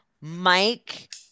Mike